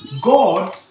God